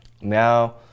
Now